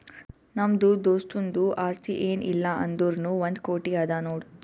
ನಮ್ದು ದೋಸ್ತುಂದು ಆಸ್ತಿ ಏನ್ ಇಲ್ಲ ಅಂದುರ್ನೂ ಒಂದ್ ಕೋಟಿ ಅದಾ ನೋಡ್